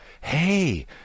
Hey